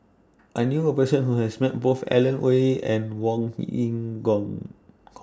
I knew A Person Who has Met Both Alan Oei and Wong Yin Gong